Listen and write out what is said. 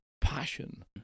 passion